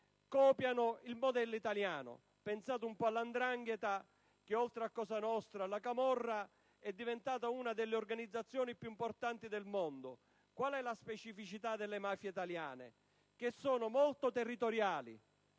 più il modello italiano: pensate un po' alla 'ndrangheta che, oltre a cosa nostra e alla camorra, è diventata una delle organizzazioni più importanti al mondo. La specificità delle mafie italiane è che sono molto territoriali,